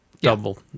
Double